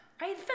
right